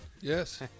Yes